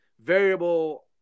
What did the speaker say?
variable